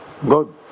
good